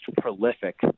prolific